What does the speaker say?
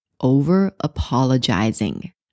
over-apologizing